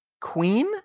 queen